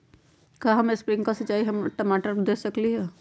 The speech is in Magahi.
का हम स्प्रिंकल सिंचाई टमाटर पर दे सकली ह?